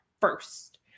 first